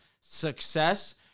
success